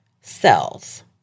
cells